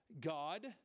God